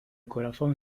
corazón